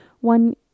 One